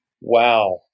Wow